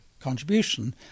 contribution